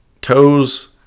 toes